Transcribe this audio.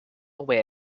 away